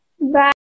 Bye